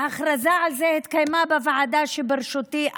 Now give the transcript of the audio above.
ההכרזה על זה התקיימה בוועדה שהייתה אז בראשותי,